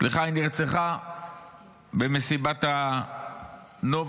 סליחה, היא נרצחה במסיבת הנובה.